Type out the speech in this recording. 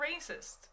racist